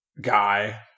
guy